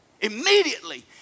Immediately